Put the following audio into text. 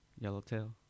Yellowtail